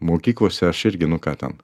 mokyklose aš irgi nu ką ten